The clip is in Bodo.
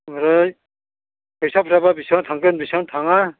ओमफ्राय फैसाफ्राबा बेसेबां थांगोन बेसेबां थाङा